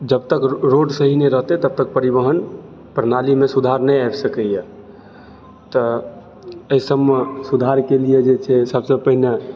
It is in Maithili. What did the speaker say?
जबतक रोड सहि नहि रहतै तबतक परिवहन प्रणाली मे सुधार नहि आबि सकैया तऽ एहि सब मे सुधार के लिय जे छै सबसे पहिने